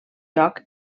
joc